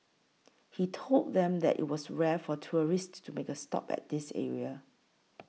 he told them that it was rare for tourists to make a stop at this area